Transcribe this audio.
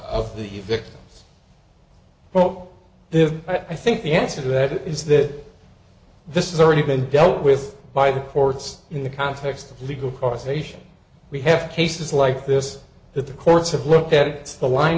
the the of well there i think the answer to that is that this is already been dealt with by the courts in the context of legal causation we have cases like this that the courts have looked at it the line